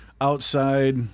outside